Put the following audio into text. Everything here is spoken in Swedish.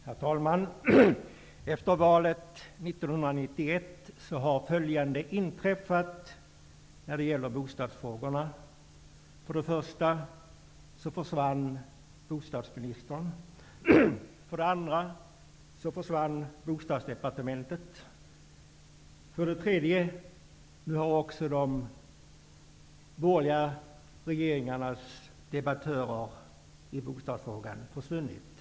Herr talman! Efter valet 1991 har följande inträffat när det gäller bostadsfrågorna. För det första försvann bostadsministern. För det andra försvann Bostadsdepartementet. För det tredje har också debattörerna i bostadsfrågor från de borgerliga regeringspartierna försvunnit.